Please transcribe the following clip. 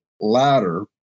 ladder